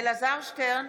אלעזר שטרן,